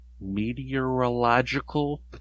meteorological